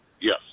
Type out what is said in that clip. Yes